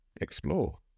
explore